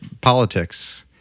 politics